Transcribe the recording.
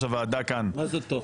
הוועדה כאן אמר --- מה זה התוכן?